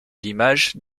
l’image